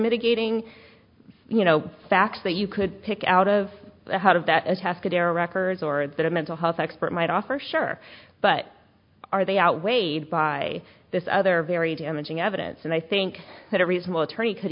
mitigating you know facts that you could pick out of that attached to their records or that a mental health expert might offer sure but are they outweighed by this other very damaging evidence and i think that a reasonable attorney could